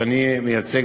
שאני מייצג,